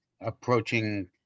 approaching